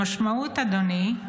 המשמעות, אדוני,